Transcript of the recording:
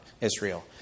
Israel